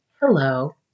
Hello